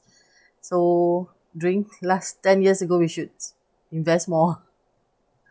so during last ten years ago we should invest more